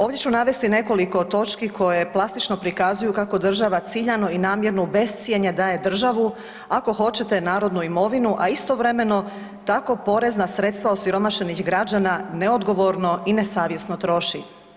Ovdje ću navesti nekoliko točki koje plastično prikazuju kako država ciljano i namjerno u bescjenje daje državu, ako hoćete narodnu imovinu, a istovremeno tako porezna sredstva osiromašenih građana neodgovorno i nesavjesno troši.